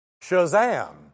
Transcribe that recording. Shazam